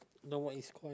you know what is core